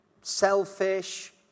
selfish